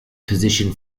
position